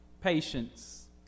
patience